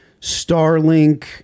Starlink